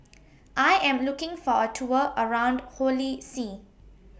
I Am looking For A Tour around Holy See